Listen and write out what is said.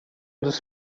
dos